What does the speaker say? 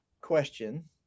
question